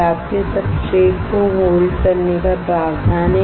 आपके सबस्ट्रेट्सको होल्ड करने का प्रावधान है